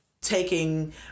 taking